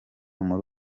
muri